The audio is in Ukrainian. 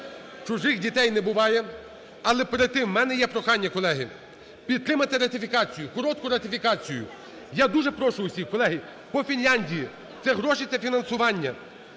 "чужих дітей не буває". Але перед тим, у мене є прохання, колеги, підтримати ратифікацію, коротку ратифікацію. Я дуже прошу всіх, по Фінляндії. Це гроші та фінансування.